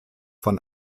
von